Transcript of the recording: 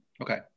Okay